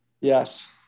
Yes